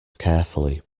carefully